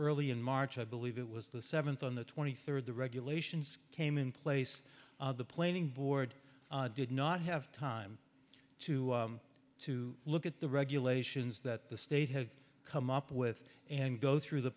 early in march i believe it was the seventh on the twenty third the regulations came in place the planning board did not have time to to look at the regulations that the state had come up with and go through the